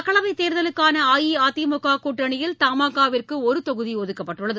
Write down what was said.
மக்களவை தேர்தலுக்கான அஇஅதிமுக கூட்டணியில் தமாகா விற்கு ஒரு தொகுதி ஒதுக்கப்பட்டுள்ளது